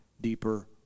deeper